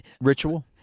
ritual